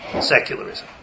Secularism